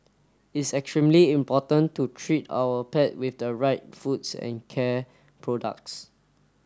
it's extremely important to treat our pet with the right foods and care products